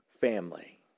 family